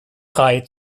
frei